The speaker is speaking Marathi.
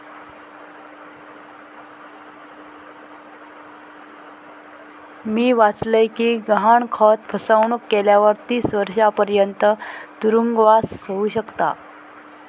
मी वाचलय कि गहाणखत फसवणुक केल्यावर तीस वर्षांपर्यंत तुरुंगवास होउ शकता